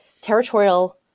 territorial